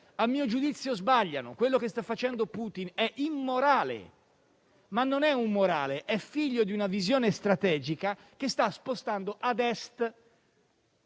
a mio giudizio sbagliano. Quello che sta facendo Putin è immorale, ma non è umorale; è figlio di una visione strategica che sta spostando a Est